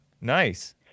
Nice